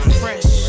fresh